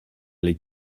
les